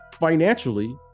financially